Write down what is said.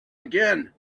again